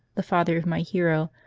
the father of my hero,